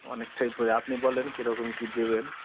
অনেকটাই পড়ে যাবে আপনি বলুন কীরকম কী দেবেন